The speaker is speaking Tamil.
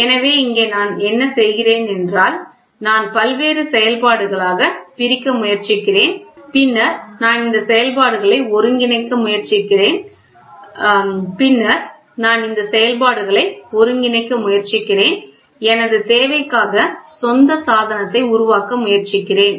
எனவே இங்கே நான் என்ன செய்கிறேன் என்றாள் நான் பல்வேறு செயல்பாடுகளாகப் பிரிக்க முயற்சிக்கிறேன் பின்னர் நான் இந்த செயல்பாடுகளை ஒருங்கிணைக்க முயற்சிக்கிறேன் எனது தேவைக்கு சொந்த சாதனத்தை உருவாக்க முயற்சிக்கிறேன்